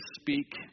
speak